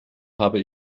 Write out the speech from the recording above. habe